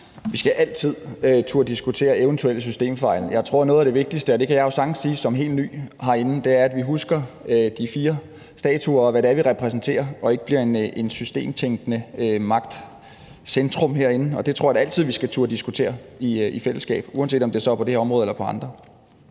Vi skal altid turde diskutere eventuelle systemfejl. Jeg tror, at noget af det vigtigste, og det kan jeg jo sagtens sige som helt ny herinde, er, at vi husker de fire statuer, og hvad det er, vi repræsenterer, og ikke bliver et systemtænkende magtcentrum herinde. Det tror jeg da altid vi skal turde diskutere i fællesskab, uanset om det så er på det her område eller på andre.